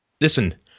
Listen